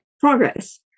progress